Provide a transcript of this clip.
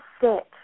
sit